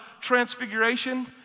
Transfiguration